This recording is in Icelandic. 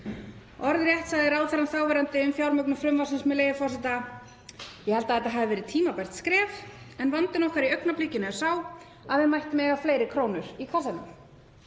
Orðrétt sagði ráðherrann þáverandi um fjármögnun frumvarpsins, með leyfi forseta: „Ég held að þetta hafi verið tímabært skref en vandinn okkar í augnablikinu er sá að við mættum eiga fleiri krónur í kassanum.“